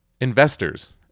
investors